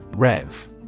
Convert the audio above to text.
REV